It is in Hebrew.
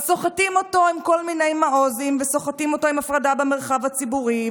אז סוחטים אותו עם כל מיני מעוזים וסוחטים אותו עם הפרדה במרחב הציבורי,